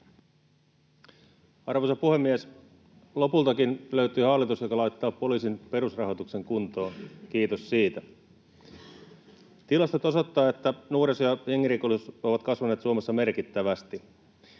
Arvoisa puhemies! Lopultakin löytyi hallitus, joka laittaa poliisin perusrahoituksen kuntoon, kiitos siitä. Tilastot osoittavat, että nuoriso- ja jengirikollisuus ovat kasvaneet Suomessa merkittävästi.